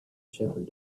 shepherd